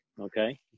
Okay